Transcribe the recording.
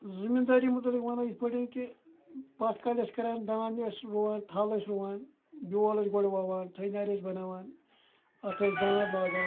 زٔمیٖندٲری متعلق وَنو یِتھ پٲٹھۍ کہِ پَتھ کالہِ أسۍ کَران دانہِ ٲسۍ رُوان تھَل ٲسۍ رُوان بیول ٲسۍ گۄڈٕ وَوان تھٔجنارِ ٲسۍ بَناوان اَتھ ٲسۍ دانٛد لاگان